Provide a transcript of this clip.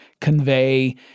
convey